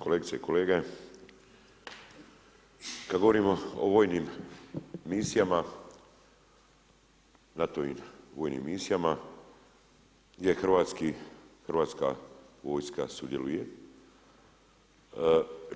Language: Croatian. Kolegice i kolege, kad govorimo o vojnim misijama, NATO i vojnim misijama, gdje hrvatska vojska sudjeluje,